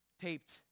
taped